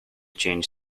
change